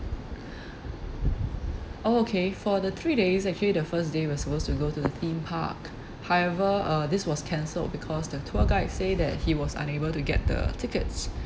oh okay for the three days actually the first day we were supposed to go to the theme park however uh this was cancelled because the tour guide say that he was unable to get the tickets